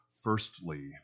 Firstly